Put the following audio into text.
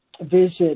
visit